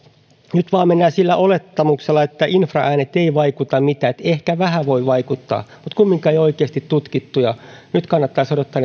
nyt vaan mennään sillä olettamuksella että infraäänet eivät vaikuta mitään että ehkä vähän voivat vaikuttaa mutta kumminkaan eivät ole oikeasti tutkittuja nyt kannattaisi odottaa